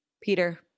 Peter